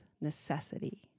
necessity